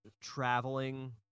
traveling